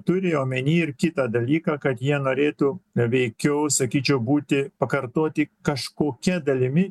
turi omeny ir kitą dalyką kad jie norėtų veikiau sakyčiau būti pakartoti kažkokia dalimi